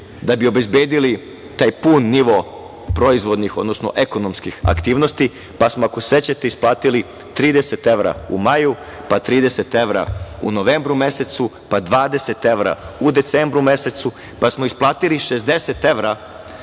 da bi obezbedili taj pun nivo proizvodnih, odnosno ekonomskih aktivnosti, pa smo, ako se sećate, isplatili 30 evra u maju, pa 30 evra u novembru mesecu, pa 20 evra u decembru mesecu, pa smo isplatili i 60 evra